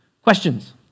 Questions